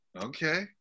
Okay